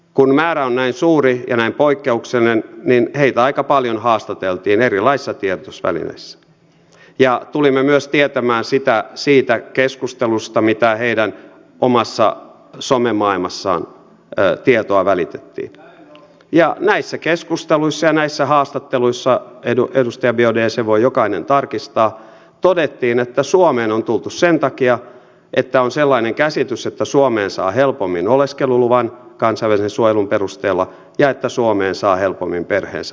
kun määrä on näin suuri ja näin poikkeuksellinen niin heitä aika paljon haastateltiin erilaisissa tiedotusvälineissä ja tulimme myös tietämään siitä keskustelusta mitä heidän omassa some maailmassaan tietoa välitettiin ja näissä keskusteluissa ja näissä haastatteluissa edustaja biaudet sen voi jokainen tarkistaa todettiin että suomeen on tultu sen takia että on sellainen käsitys että suomeen saa helpommin oleskeluluvan kansainvälisen suojelun perusteella ja että suomeen saa helpommin perheensä perässään